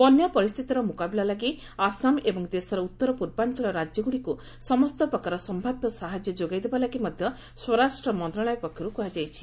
ବନ୍ୟା ପରିସ୍ଥିତିର ମୁକାବିଲା ଲାଗି ଆସାମ ଏବଂ ଦେଶର ଉତ୍ତର ପୂର୍ବାଞ୍ଚଳ ରାଜ୍ୟଗୁଡ଼ିକୁ ସମସ୍ତ ପ୍ରକାର ସମ୍ଭାବ୍ୟ ସାହାଯ୍ୟ ଯୋଗାଇ ଦେବା ଲାଗି ମଧ୍ୟ ସ୍ୱରାଷ୍ଟ୍ର ମନ୍ତ୍ରଣାଳୟ ପକ୍ଷରୁ କୁହାଯାଇଛି